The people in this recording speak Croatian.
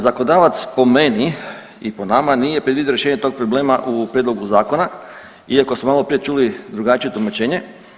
Zakonodavac po meni i po nama nije predvidio rješenje tog problema u prijedlogu zakona, iako smo malo prije čuli drugačije tumačenje.